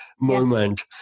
moment